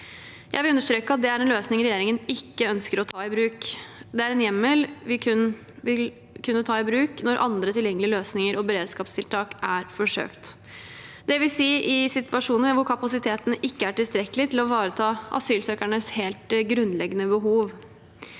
Jeg vil understreke at det er en løsning regjeringen ikke ønsker å ta i bruk. Det er en hjemmel vi kun vil kunne ta i bruk når andre tilgjengelige løsninger og beredskapstiltak er forsøkt, det vil si i situasjoner hvor kapasiteten ikke er tilstrekkelig til å ivareta asylsøkernes helt grunnleggende behov.